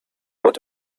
would